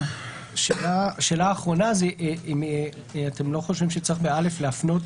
שאלה אחרונה, אתם לא חושבים שצריך ב-(א) להבנות